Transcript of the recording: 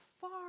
far